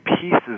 pieces